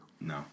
No